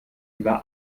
über